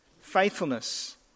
faithfulness